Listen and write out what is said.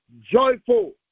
joyful